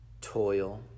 toil